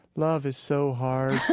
love is so hard